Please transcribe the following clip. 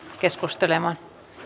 keskustelemaan